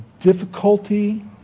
difficulty